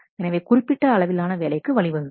எனவே குறிப்பிட்ட அளவிலான வேலைக்கு வழிவகுக்கும்